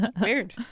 Weird